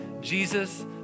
Jesus